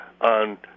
on